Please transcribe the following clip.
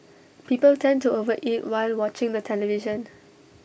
people tend to over eat while watching the television